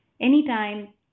anytime